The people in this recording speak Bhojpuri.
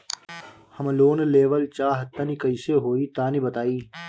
हम लोन लेवल चाह तनि कइसे होई तानि बताईं?